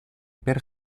per